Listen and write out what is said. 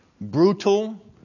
brutal